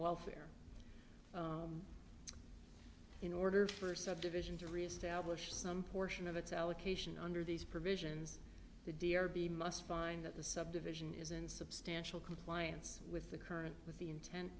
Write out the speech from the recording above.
welfare in order for subdivision to reestablish some portion of its allocation under these provisions the d r p must find that the subdivision is in substantial compliance with the current with the intent